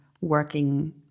working